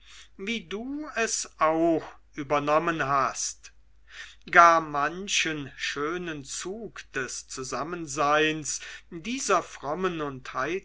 wie du es auch übernommen hast gar manchen schönen zug des zusammenseins dieser frommen